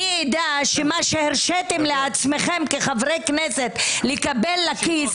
אני אדע שמה שהרשיתם לעצמכם כחברי כנסת לקבל לכיס,